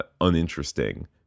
uninteresting